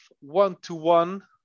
one-to-one